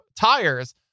tires